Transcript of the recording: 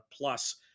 plus